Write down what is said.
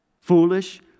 Foolish